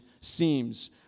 seems